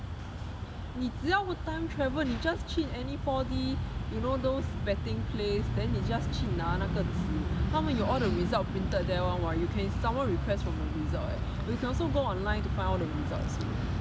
你只要会 time travel 你 just 去 any four D you know those betting place then 你 just 去拿那个纸他们有 all the result printed there [one] [what] you can some more request for the result eh you can also go online to find all the results you know